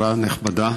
שרה נכבדה,